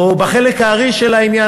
או בחלק הארי של העניין,